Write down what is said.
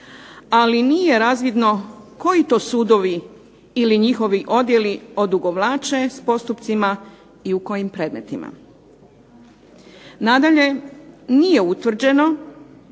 ali nije razvidno koji to sudovi ili njihovi odjeli odugovlače s postupcima i u kojim predmetima. Nadalje, nije utvrđeno